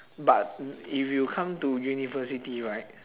but y~ if you come to university right